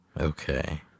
okay